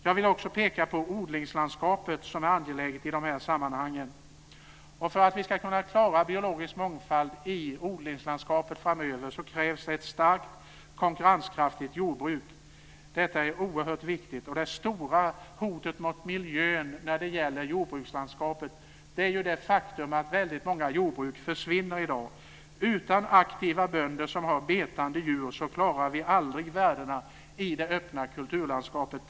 Jag vill också peka på odlingslandskapet, som är angeläget i de här sammanhangen. För att vi ska kunna klara biologisk mångfald i odlingslandskapet framöver krävs det ett starkt konkurrenskraftigt jordbruk. Detta är oerhört viktigt, och det stora hotet mot miljön när det gäller jordbrukslandskapet är ju det faktum att väldigt många jordbruk försvinner i dag. Utan aktiva bönder som har betande djur klarar vi aldrig värdena i det öppna kulturlandskapet.